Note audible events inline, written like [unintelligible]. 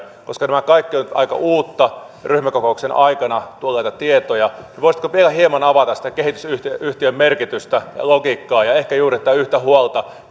koska nämä kaikki ovat nyt aika uusia ryhmäkokouksen aikana tulleita tietoja niin voisitteko vielä hieman avata sitä kehitysyhtiön merkitystä logiikkaa ja ehkä juuri tätä yhtä huolta [unintelligible]